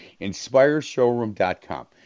InspireShowroom.com